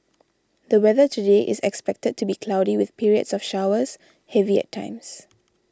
the weather today is expected to be cloudy with periods of showers heavy at times